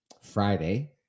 Friday